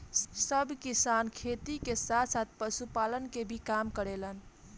सब किसान खेती के साथ साथ पशुपालन के काम भी करेलन